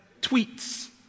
tweets